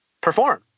perform